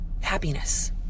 happiness